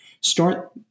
Start